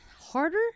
Harder